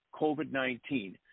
COVID-19